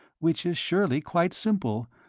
which is surely quite simple,